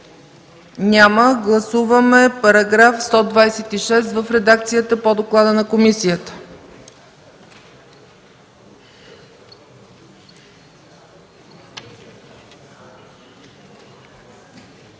Няма. Гласуваме § 126 в редакцията по доклада на комисията.